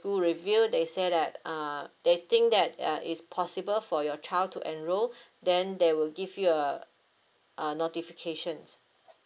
school review they say that uh they think that uh is possible for your child to enroll then they will give you uh uh notifications